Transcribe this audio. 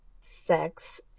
sex